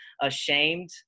ashamed